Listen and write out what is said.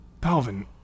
Palvin